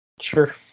sure